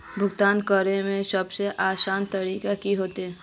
भुगतान करे में सबसे आसान तरीका की होते?